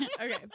Okay